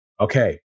okay